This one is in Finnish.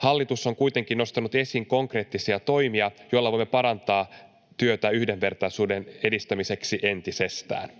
Hallitus on kuitenkin nostanut esiin konkreettisia toimia, joilla voimme parantaa työtä yhdenvertaisuuden edistämiseksi entisestään.